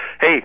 Hey